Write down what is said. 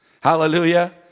Hallelujah